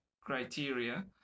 criteria